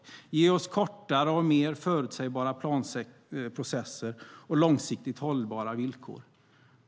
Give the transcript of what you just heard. Ge oss kortare och mer förutsägbara planprocesser och långsiktigt hållbara villkor!